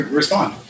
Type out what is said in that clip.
respond